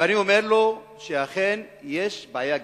ואני אומר לו שאכן יש בעיה גנטית,